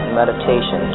meditation